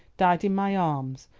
died in my arms,